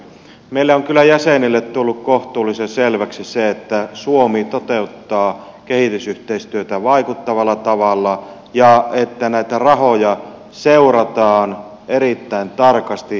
meille jäsenille on kyllä tullut kohtuullisen selväksi se että suomi toteuttaa kehitysyhteistyötä vaikuttavalla tavalla ja että näitä rahoja seurataan erittäin tarkasti